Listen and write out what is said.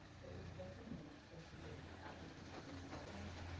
but it was definitely an explicitly advocacy project.